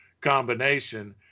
combination